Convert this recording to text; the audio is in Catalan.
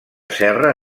serra